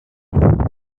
honorable